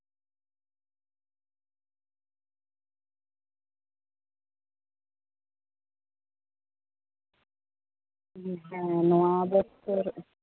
ᱦᱮᱸ ᱱᱚᱣᱟ ᱫᱚ